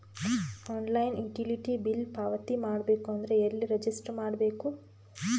Online utility bill ಪಾವತಿ ಮಾಡಬೇಕು ಅಂದ್ರ ಎಲ್ಲ ರಜಿಸ್ಟರ್ ಮಾಡ್ಬೇಕು?